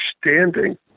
standing